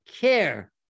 care